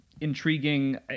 intriguing